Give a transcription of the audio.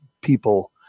people